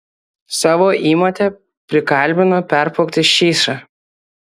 savo įmotę prikalbino perplaukti šyšą